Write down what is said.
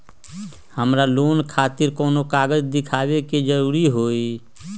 हमरा लोन खतिर कोन कागज दिखावे के जरूरी हई?